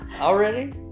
Already